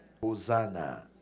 Hosanna